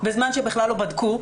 בזמן שבכלל לא בדקו,